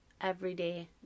everyday